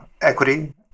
Equity